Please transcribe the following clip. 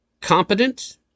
competent